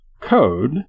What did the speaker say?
code